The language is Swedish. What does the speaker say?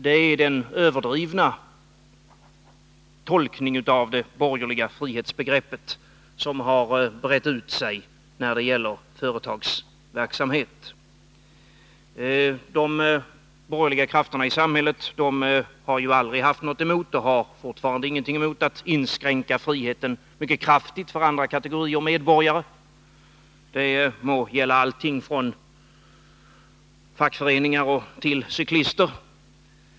Det är den överdrivna tolkning av det borgerliga frihetsbegreppet som har brett ut sig när det gäller företagsverksamhet. De borgerliga krafterna i samhället har aldrig haft något emot och har fortfarande ingenting emot att inskränka friheten mycket kraftigt för andra kategorier medborgare — det må gälla allting från fackföreningar till cyklister.